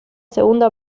segunda